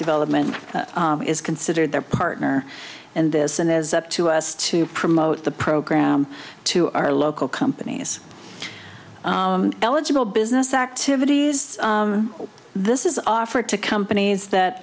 development is considered their partner in this and as up to us to promote the program to our local companies eligible business activities this is offered to companies that